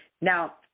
Now